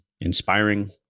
inspiring